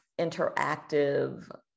interactive